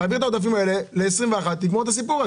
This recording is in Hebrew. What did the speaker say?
תעביר אותם ל-22' ותגמור את הסיפור.